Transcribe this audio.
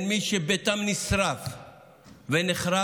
אל מול מי שביתם נשרף ונחרב.